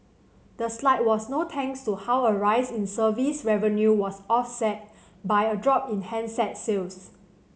the slide was no thanks to how a rise in service revenue was offset by a drop in handset sales